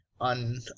on